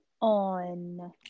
on